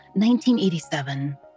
1987